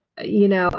you know,